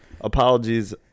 apologies